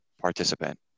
participant